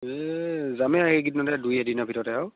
এই যামেই আৰু এইকেইদিনতে দুই এদিনৰ ভিতৰতে আৰু